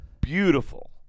beautiful